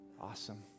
Awesome